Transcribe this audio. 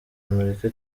amerika